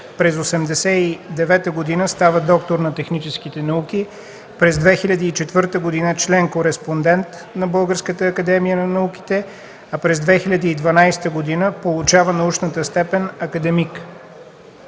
През 1989 г. става доктор на техническите науки, през 2004 г. – член-кореспондент на Българската академия на науките, а през 2012 г. получава научната степен академик.